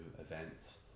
events